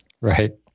Right